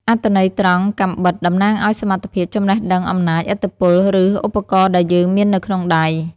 អត្ថន័យត្រង់ «កាំបិត» តំណាងឲ្យ សមត្ថភាព ចំណេះដឹង អំណាច ឥទ្ធិពល ឬ ឧបករណ៍ដែលយើងមាននៅក្នុងដៃ។